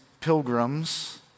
pilgrims